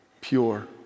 pure